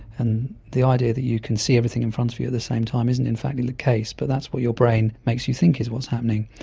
and the idea that you can see everything in front of you at the same time isn't in fact the case but that's what your brain makes you think is what's happening.